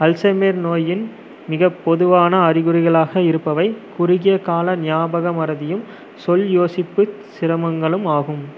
Alzheimer நோயின் மிகப் பொதுவான அறிகுறிகளாக இருப்பவை குறுகிய கால ஞாபக மறதியும் சொல் யோசிப்புச் சிரமங்களும் ஆகும்